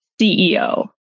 ceo